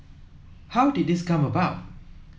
how did this come about